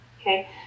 Okay